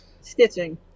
Stitching